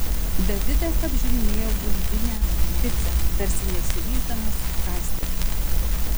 davidas apžiūrinėjo bulvinę picą tarsi nesiryždamas kąsti